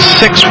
six